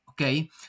Okay